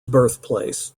birthplace